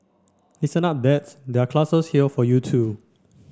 listen up dads there are classes here for you too